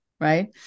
right